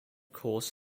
course